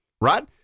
right